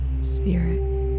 spirit